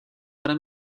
tra